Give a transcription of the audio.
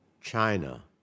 China